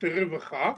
שירותי רווחה,